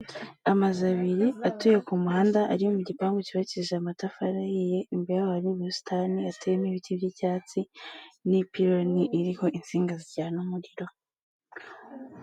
Amazu abiri atuye ku muhanda, ari mu gipangu cyubakije amatafari ahiye. Imbere yaho hari ubusitani ateye n' ibiti by'icyatsi n'ipironi iriho insinga zijyana umuriro.